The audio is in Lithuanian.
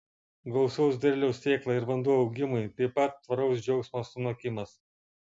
gausaus derliaus sėkla ir vanduo augimui taip pat tvaraus džiaugsmo sunokimas